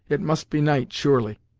it must be night, surely!